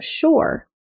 sure